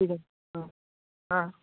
ঠিক আছে হ্যাঁ হ্যাঁ